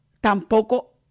Tampoco